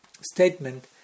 statement